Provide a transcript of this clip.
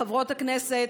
חברות הכנסת,